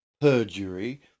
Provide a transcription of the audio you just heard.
perjury